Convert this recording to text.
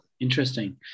Interesting